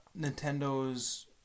Nintendo's